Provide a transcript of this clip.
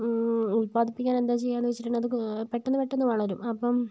ഉൽപാദിപ്പിക്കാൻ എന്താ ചെയ്യുക എന്ന് വെച്ചാൽ അത് പെട്ടന്ന് പെട്ടന്ന് വളരും അപ്പം